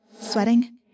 Sweating